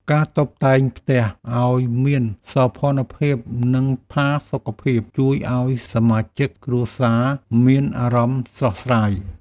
ការតុបតែងផ្ទះឱ្យមានសោភ័ណភាព និងផាសុកភាពជួយឱ្យសមាជិកគ្រួសារមានអារម្មណ៍ស្រស់ស្រាយ។